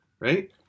right